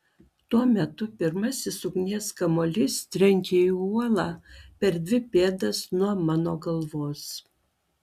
tuo metu pirmasis ugnies kamuolys trenkia į uolą per dvi pėdas nuo mano galvos